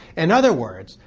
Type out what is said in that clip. in other words,